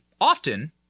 often